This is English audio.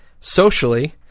Socially